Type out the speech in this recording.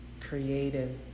creative